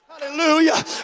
Hallelujah